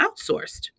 outsourced